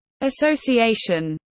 Association